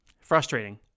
Frustrating